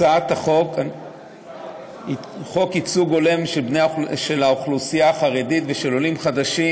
הצעת חוק ייצוג הולם של בני האוכלוסייה החרדית ושל עולים חדשים